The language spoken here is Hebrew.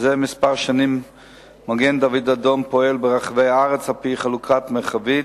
זה כמה שנים מגן-דוד-אדום פועל ברחבי הארץ על-פי חלוקה מרחבית,